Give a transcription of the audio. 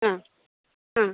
ആ ആ